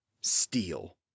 Steel